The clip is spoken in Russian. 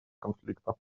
конфликта